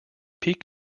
peak